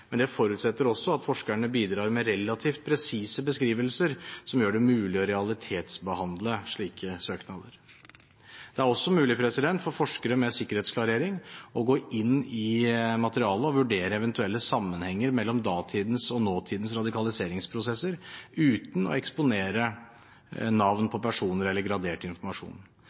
men jeg forutsetter også at forskerne bidrar med relativt presise beskrivelser, som gjør det mulig å realitetsbehandle slike søknader. Det er også mulig for forskere med sikkerhetsklarering å gå inn i materialet og vurdere eventuelle sammenhenger mellom datidens og nåtidens radikaliseringsprosesser, uten å eksponere navn på personer eller gradert informasjon.